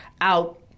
out